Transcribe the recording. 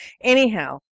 Anyhow